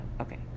okay